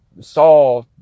saw